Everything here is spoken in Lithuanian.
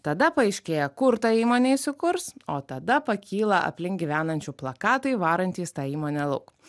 tada paaiškėja kur ta įmonė įsikurs o tada pakyla aplink gyvenančių plakatai varantys tą įmonę lauk